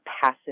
passive